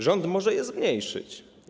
Rząd może je zmniejszyć.